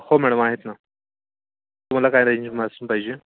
हो मॅडम आहेत ना तुम्हाला काय रेंज पाहिजे